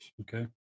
Okay